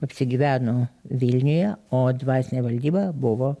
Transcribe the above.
apsigyveno vilniuje o dvasinė valdyba buvo